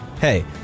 hey